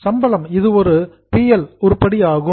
சம்பளம் இது ஒரு பி எல் உருப்படி ஆகும்